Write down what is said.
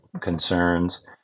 concerns